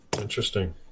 Interesting